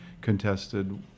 contested